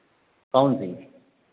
कौन सी